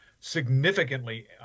Significantly